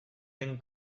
den